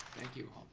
thank you.